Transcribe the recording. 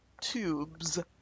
tubes